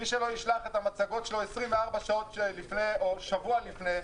מי שלא ישלח את המצגות שלו 24 שעות לפני או שבוע לפני,